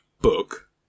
book